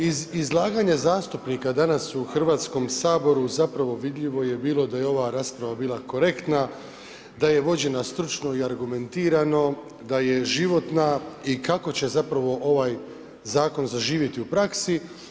Iz izlaganja zastupnika danas u Hrvatskom saboru zapravo vidljivo je bilo da je ova rasprava bila korektna, da je vođena stručno i argumentirano, da je životna i kako će zapravo ovaj zakon zaživjeti u praksi.